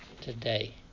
today